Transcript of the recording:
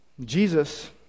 Jesus